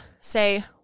say